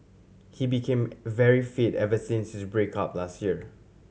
he became very fit ever since his break up last year